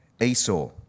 esau